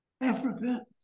Africa